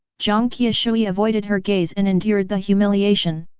jiang qiushui avoided her gaze and endured the humiliation.